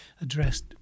addressed